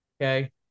Okay